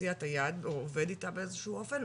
אוכלוסיית היעד או עובד איתה באיזשהו אופן?